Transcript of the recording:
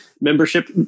membership